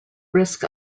risk